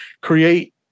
create